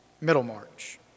Middlemarch